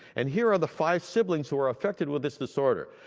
and here are the five siblings who are affected with this disorder.